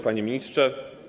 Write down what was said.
Panie Ministrze!